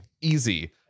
Easy